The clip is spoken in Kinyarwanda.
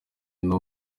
n’u